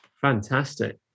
Fantastic